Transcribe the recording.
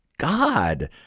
God